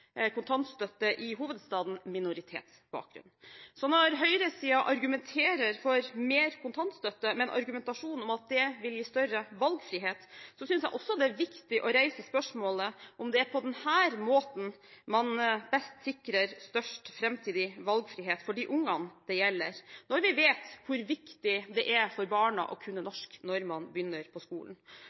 kontantstøtte i hovedstaden, minoritetsbakgrunn. Så når høyresiden argumenterer for mer kontantstøtte med en argumentasjon om at det vil gi større valgfrihet, synes jeg at det er viktig også å reise spørsmålet om det er på denne måten man best sikrer størst framtidig valgfrihet for de ungene det gjelder, når vi vet hvor viktig det er for barna å kunne norsk når de begynner på skolen.